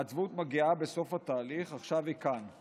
העצבות מגיעה בסוף התהליך, עכשיו היא כאן.